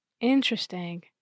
Interesting